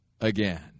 again